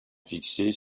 fixés